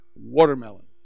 watermelon